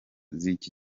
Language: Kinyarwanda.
z’iki